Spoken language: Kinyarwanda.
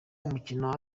umukino